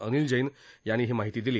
अनिल जैन यांनी ही माहिती दिली